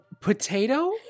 potato